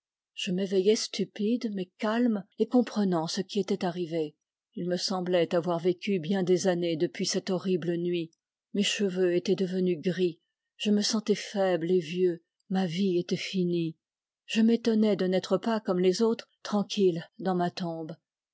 je m'éveillai stupide mais calme et comprenant ce qui était arrivé il me semblait avoir vécu bien des années depuis cette horrible nuit mes cheveux étaient devenus gris je me sentais faible et vieux ma vie était finie je m'étonnais de n'être pas comme les autres tranquille dans ma tombe